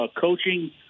coaching